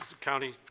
county